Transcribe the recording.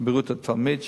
ובריאות התלמיד,